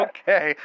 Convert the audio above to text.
Okay